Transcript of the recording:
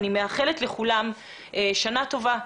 אני מאחלת לכולם שנה טובה,